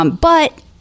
but-